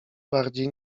bardziej